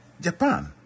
japan